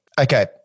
Okay